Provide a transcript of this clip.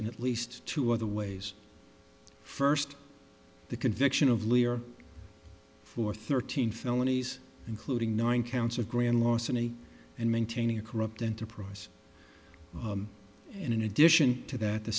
in at least two other ways first the conviction of lawyer for thirteen felonies including nine counts of grand larceny and maintaining a corrupt enterprise and in addition to that the